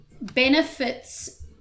benefits